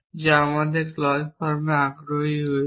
যা আমি ক্লজ ফর্মে আগ্রহী হয়েছি